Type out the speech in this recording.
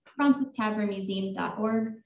francistavernmuseum.org